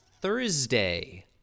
Thursday